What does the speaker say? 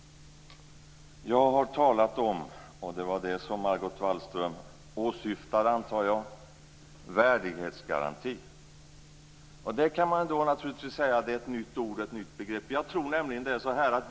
Jag har talat om, det var det som Margot Wallström åsyftade, en värdighetsgaranti. Man kan naturligtvis säga att det är ett nytt ord, ett nytt begrepp.